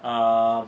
um